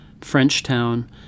Frenchtown